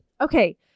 Okay